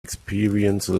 experiencing